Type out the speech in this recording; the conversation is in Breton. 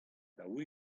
daou